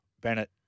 Bennett